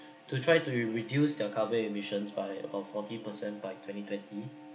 to try to re~ reduce their carbon emissions by of forty percent by twenty twenty